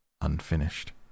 unfinished